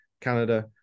Canada